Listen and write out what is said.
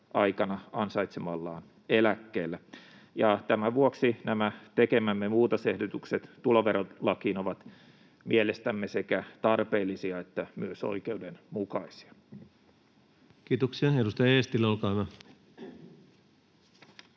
aikana ansaitsemallaan eläkkeellä, ja tämän vuoksi nämä tekemämme muutosehdotukset tuloverolakiin ovat mielestämme sekä tarpeellisia että myös oikeudenmukaisia. Kiitoksia. — Edustaja Eestilä, olkaa hyvä.